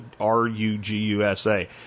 R-U-G-U-S-A